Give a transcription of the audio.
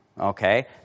okay